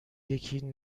یکی